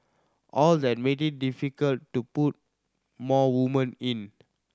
all that made it difficult to put more women in